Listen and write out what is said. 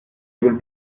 able